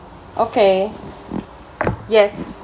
okay yes